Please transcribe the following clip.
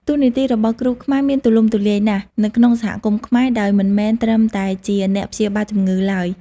តួនាទីរបស់គ្រូខ្មែរមានទូលំទូលាយណាស់នៅក្នុងសហគមន៍ខ្មែរ ដោយមិនមែនត្រឹមតែជាអ្នកព្យាបាលជំងឺឡើយ។